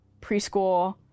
preschool